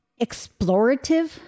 explorative